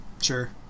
sure